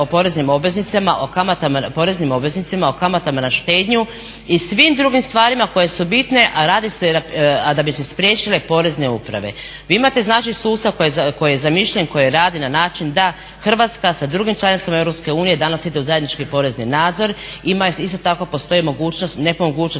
poreznim obveznicima o kamatama na štednju i svim drugim stvarima koje su bitne, a da bi se spriječile porezne uprave. Vi imate sustav koji je zamišljen, koji radi na način da Hrvatska da drugim članicama EU danas ide u zajednički porezni nadzor isto tako postoji mogućnost